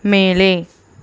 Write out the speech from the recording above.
மேலே